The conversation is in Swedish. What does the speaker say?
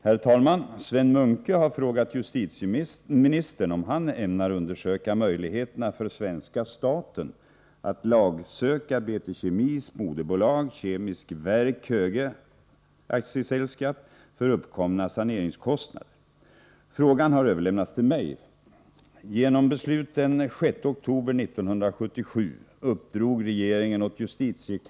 Herr talman! Sven Munke har frågat justitieministern om han ämnar undersöka möjligheterna för svenska staten att lagsöka BT Kemis moderbolag, Kemisk Köge A/S, för uppkomna 'saneringskostnader. Frågan har överlämnats till mig.